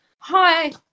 Hi